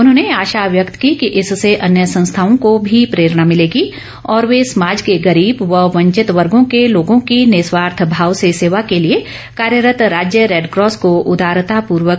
उन्होंने आशा व्यक्त की कि इससे अन्य संस्थाओं को भी प्रेरणा मिलेगी और वे समाज के गरीब व वंचित वर्गो के लोगों की निस्वार्थभाव से सेवा के लिए कार्यरत राज्य रेडक्रॉस को उदारतापूर्वक अंशदान के लिए प्रेरित होगें